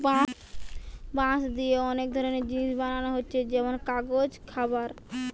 বাঁশ দিয়ে অনেক ধরনের জিনিস বানানা হচ্ছে যেমন কাগজ, খাবার